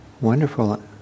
wonderful